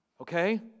okay